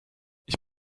ich